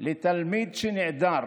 לתלמיד שנעדר